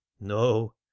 No